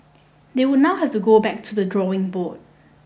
they would now have to go back to the drawing board